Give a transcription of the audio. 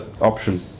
option